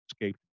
escaped